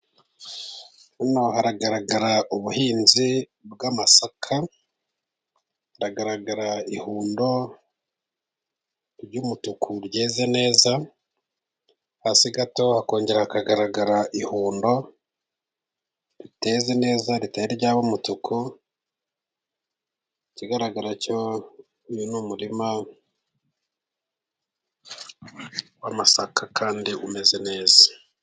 Hano haragaragara ubuhinzi bw'amasaka, haragaragara ihundo ry'umutuku ryeze neza, hasi gato hakongera hakagaragara ihundo riteze neza ritari ryaba umutuku. Ikigaragara uyu ni umurima w'amasaka kandi umeze neza.